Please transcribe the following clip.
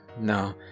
no